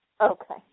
Okay